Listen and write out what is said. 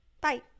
Bye